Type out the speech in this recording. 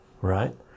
right